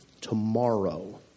tomorrow